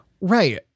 Right